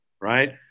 right